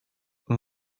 این